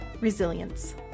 Resilience